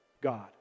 God